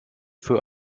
für